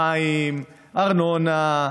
מים, ארנונה,